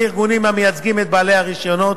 הארגונים המייצגים את בעלי הרשיונות,